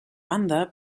banda